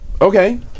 Okay